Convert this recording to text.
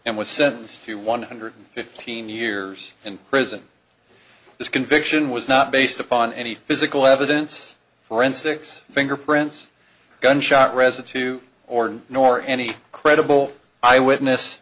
and was sentenced to one hundred fifteen years in prison this conviction was not based upon any physical evidence forensics fingerprints gunshot residue to orne nor any credible eyewitness